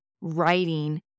writing